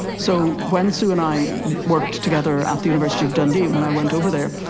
so when sue and i worked together at the university of dundee and when i went over there,